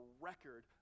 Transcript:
record